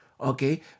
Okay